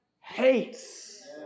hates